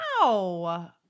Wow